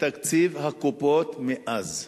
תקציב הקופות מאז.